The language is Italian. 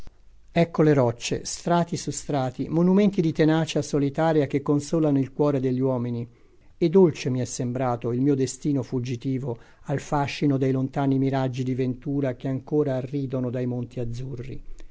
ecco le rocce strati su strati monumenti di tenacia solitaria che consolano il cuore degli uomini e dolce mi è sembrato il mio destino fuggitivo al fascino dei lontani miraggi di ventura che ancora arridono dai monti azzurri